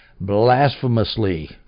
blasphemously